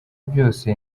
byose